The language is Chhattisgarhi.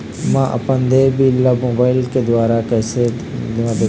म अपन देय बिल ला मोबाइल के द्वारा कैसे म देखबो?